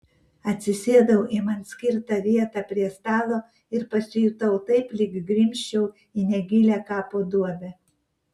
atsisėdau į man skirtą vietą prie stalo ir pasijutau taip lyg grimzčiau į negilią kapo duobę